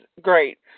great